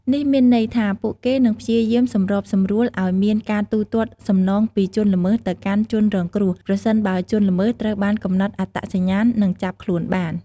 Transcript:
នេះមានន័យថា ពួកគេនឹងព្យាយាមសម្របសម្រួលឲ្យមានការទូទាត់សំណងពីជនល្មើសទៅកាន់ជនរងគ្រោះ ប្រសិនបើជនល្មើសត្រូវបានកំណត់អត្តសញ្ញាណ និងចាប់ខ្លួនបាន។